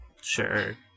Sure